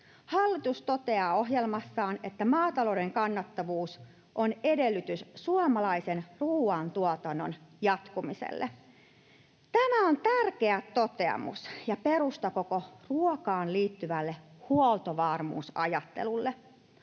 Hallitus toteaa ohjelmassaan, että maatalouden kannattavuus on edellytys suomalaisen ruoantuotannon jatkumiselle. Tämä on tärkeä toteamus ja perusta koko ruokaan liittyvälle huoltovarmuusajattelulle.